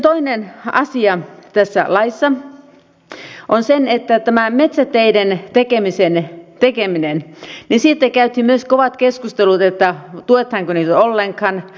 toinen asia tässä laissa on se että metsäteiden tekemisestä käytiin myös kovat keskustelut että tuetaanko niitä ollenkaan